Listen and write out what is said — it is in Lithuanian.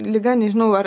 liga nežinau ar